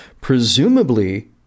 presumably